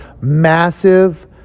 Massive